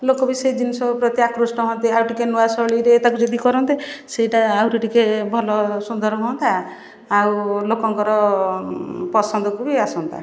ଲୋକ ବି ସେ ଜିନିଷ ପ୍ରତି ଆକୃଷ୍ଟ ହୁଅନ୍ତେ ଆଉ ଟିକେ ନୂଆ ଶୈଳୀରେ ତା'କୁ ଯଦି କରନ୍ତେ ସେଇଟା ଆହୁରି ଟିକେ ଭଲ ସୁନ୍ଦର ହୁଅନ୍ତା ଆଉ ଲୋକଙ୍କର ପସନ୍ଦକୁ ବି ଆସନ୍ତା